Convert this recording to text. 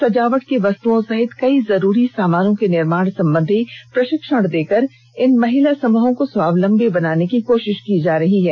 सजावट की वस्तुओं सहित कई जरूरी सामानों के निर्माण संबंधी प्रशिक्षण देकर इन महिला समूहों को स्वावलंबी बनाने की कोशिश की जा रही है